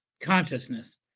consciousness